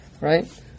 right